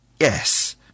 yes